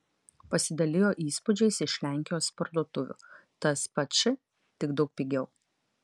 pasidalijo įspūdžiais iš lenkijos parduotuvių tas pats š tik daug pigiau